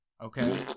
Okay